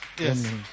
Yes